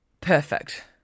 Perfect